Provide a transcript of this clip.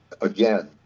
again